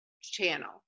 Channel